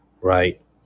right